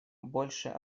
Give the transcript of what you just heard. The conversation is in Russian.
больше